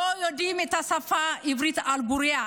לא יודעים את השפה העברית על בורייה.